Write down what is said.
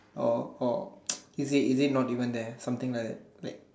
or or is it is it not even there something like that